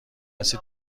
کسی